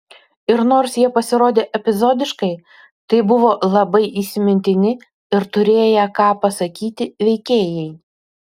ir nors jie pasirodė epizodiškai tai buvo labai įsimintini ir turėję ką pasakyti veikėjai